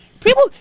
People